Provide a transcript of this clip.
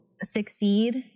succeed